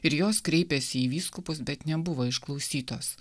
ir jos kreipėsi į vyskupus bet nebuvo išklausytos